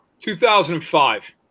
2005